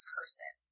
person